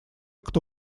кто